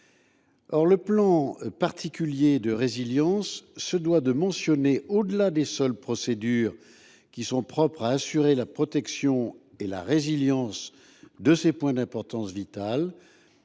le plan particulier de résilience se doit de mentionner, au delà des seules procédures propres à assurer la protection et la résilience de ces points d’importance vitale,